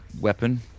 weapon